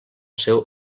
seu